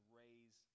raise